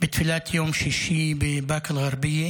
בתפילת יום שישי בבאקה אל-גרבייה